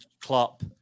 Klopp